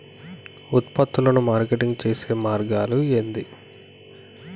ఉత్పత్తులను మార్కెటింగ్ చేసే మార్గాలు ఏంది?